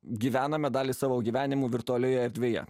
gyvename dalį savo gyvenimų virtualioje erdvėje